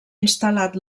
instal·lat